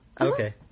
Okay